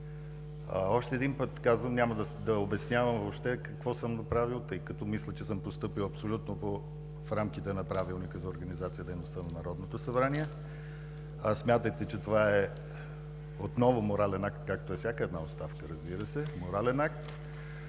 Още един път казвам: няма да се обяснявам въобще какво съм направил, тъй като мисля, че съм постъпил абсолютно в рамките на Правилника за организацията и дейността на Народното събрание. Смятайте, че това е отново морален акт, както е всяка една оставка, разбира се, морален акт,